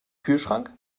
kühlschrank